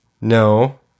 no